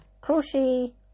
crochet